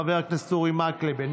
חבר הכנסת אורי מקלב,